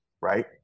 Right